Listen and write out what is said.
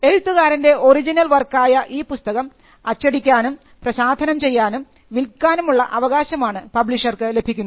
എഴുത്തുകാരൻറെ original വർക്കായ ഈ പുസ്തകം അച്ചടിക്കാനും പ്രസാധനം ചെയ്യാനും വിൽക്കാനും ഉള്ള അവകാശമാണ് പബ്ലിഷർക്ക് ലഭിക്കുന്നത്